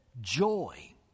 joy